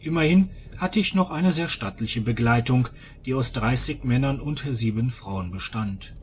immerhin hatte ich noch eine sehr stattliche begleitung die aus dreißig männern und sieben frauen bestand